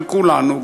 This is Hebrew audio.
של כולנו,